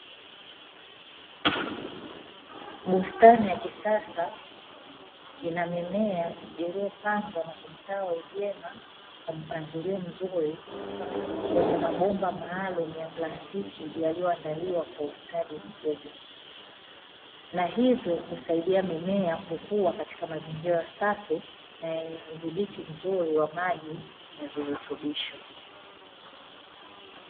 Bustani ya kisasa ina mimea iliyopandwa na kustawi vyema kwa mpangilio mzuri kwenye mabomba maalumu ya plastiki, yaliyoandaliwa kwa ustadi mkubwa na hivyo husaidia mimea kukua katika mazingira safi na yenye udhibiti mzuri wa maji ya virutubisho.